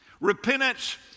Repentance